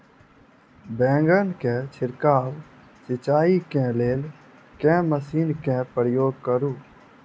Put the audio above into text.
बैंगन केँ छिड़काव सिचाई केँ लेल केँ मशीन केँ प्रयोग करू?